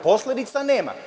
Posledica nema.